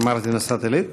אמרתי נצרת עילית?